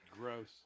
gross